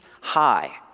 high